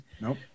Nope